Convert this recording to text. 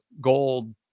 gold